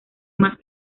más